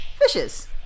fishes